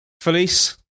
Felice